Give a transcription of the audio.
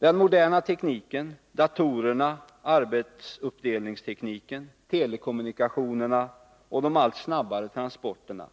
Den moderna tekniken — datorerna, arbetsuppdelningstekniken, telekommunikationerna och de allt snabbare transporterna